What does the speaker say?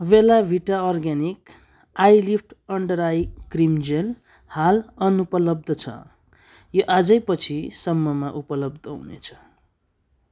बेला Vita organic eyelift under eye cream gel हाल अनुपलब्ध छ यो आजै पछि सम्ममा उपलब्ध हुनेछ